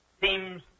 seems